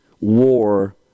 war